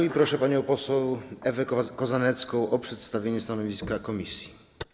I proszę panią poseł Ewę Kozanecką o przedstawienie stanowiska komisji.